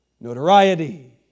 notoriety